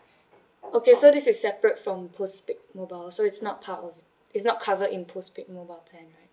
okay so this is separate from postpaid mobile so it's not part of it's not covered in postpaid mobile plan